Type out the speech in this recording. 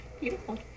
Beautiful